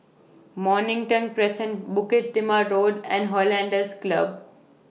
Mornington Crescent Bukit Timah Road and Hollandse Club